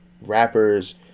rappers